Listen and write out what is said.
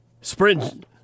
Sprint